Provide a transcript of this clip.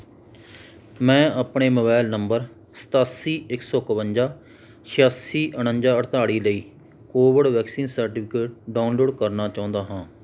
ਮੈਂ ਆਪਣੇ mobile number ਸਤਾਸੀ ਇੱਕ ਸੌ ਇਕਵੰਜਾ ਛਿਆਸੀ ਉਣੰਜਾ ਅਠਤਾਲ਼ੀ ਲਈ ਕੋਵਿਡ ਵੈਕਸੀਨ ਸਰਟੀਫਿਕੇਟ ਡਾਊਨਲੋਡ ਕਰਨਾ ਚਾਹੁੰਦਾ ਹਾਂ